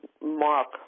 mark